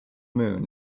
moon